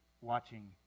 watching